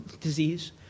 disease